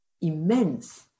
immense